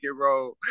roll